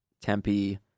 Tempe